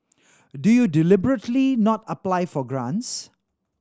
do you deliberately not apply for grants